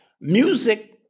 music